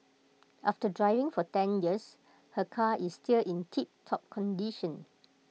after driving for ten years her car is still in tiptop condition